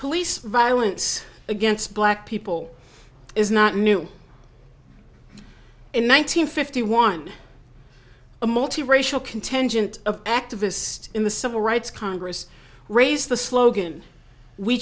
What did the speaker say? police violence against black people is not new in one nine hundred fifty one a multi racial contingent of activists in the civil rights congress raised the slogan we